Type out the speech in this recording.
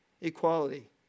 equality